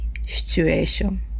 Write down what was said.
situation